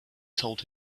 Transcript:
told